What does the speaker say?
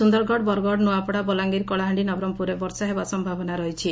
ସୁନ୍ଦରଗଡ଼ ବରଗଡ଼ ନ୍ଆପଡ଼ା ବଲାଙ୍ଗିର କଳାହାଣ୍ଡି ନବରଙ୍ପୁରରେ ବର୍ଷା ହେବା ସ ରହିଛି